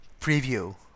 preview